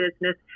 business